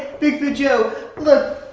bigfoot joe, look.